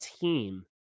team